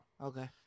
Okay